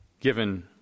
given